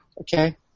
okay